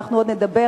אנחנו עוד נדבר,